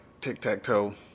tic-tac-toe